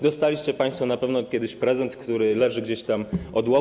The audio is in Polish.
Dostaliście państwo na pewno kiedyś prezent, który leży gdzieś tam odłogiem.